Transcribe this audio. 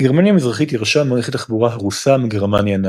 גרמניה המזרחית ירשה מערכת תחבורה הרוסה מגרמניה הנאצית.